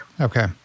Okay